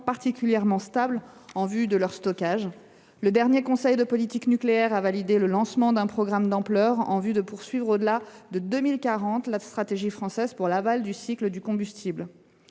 particulièrement stable, en vue de leur stockage. Le dernier conseil de politique nucléaire a validé le lancement d’un programme d’ampleur visant à poursuivre au delà de 2040 la stratégie française pour l’aval du cycle du combustible.